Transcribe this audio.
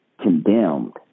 condemned